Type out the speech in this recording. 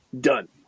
done